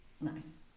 nice